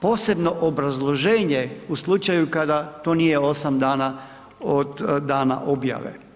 posebno obrazloženje u slučaju kada to nije 8 dana od dana objave.